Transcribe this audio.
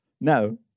No